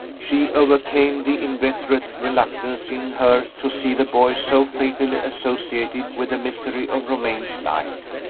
she overcame the inveterate reluctance in her to see the boy so fatally associated with the misery of romayne's life.